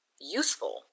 useful